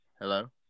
Hello